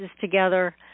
together